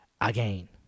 again